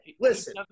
Listen